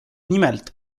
nimelt